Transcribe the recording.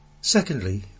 Secondly